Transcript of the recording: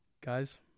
Guys